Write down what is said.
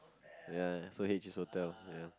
ya so H is hotel ya